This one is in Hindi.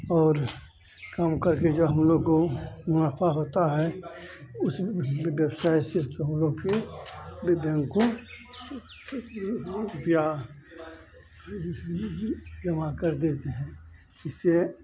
और काम करके जो हमलोग को मुनाफ़ा होता है उसमें व्यवसाय से तो हमलोग फिर बैंक को रुपया जमा कर देते हैं इससे